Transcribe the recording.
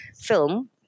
film